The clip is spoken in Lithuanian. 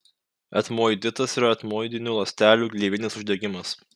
etmoiditas yra etmoidinių ląstelių gleivinės uždegimas